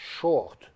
short